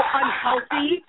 unhealthy